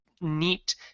neat